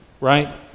right